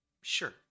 Sure